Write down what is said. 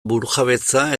burujabetza